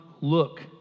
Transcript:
look